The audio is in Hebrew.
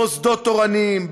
מוסדות תורניים,